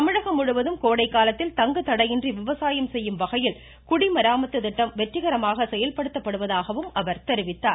தமிழகம் முழுவதும் கோடை காலத்தில் தங்குதடையின்றி விவசாயம் செய்யும் வகையில் குடிமராமத்து திட்டம் வெற்றிகரமாக செயல்படுத்தப்படுவதாகவும் அவர் தெரிவித்தார்